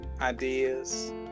ideas